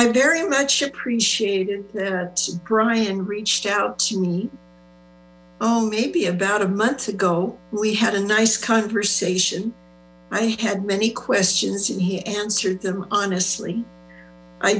i very much appreciated that brian reached out to me oh maybe about a month ago we had a nice conversation i had many questions and he answered them honestly i